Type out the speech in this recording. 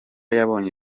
yabonye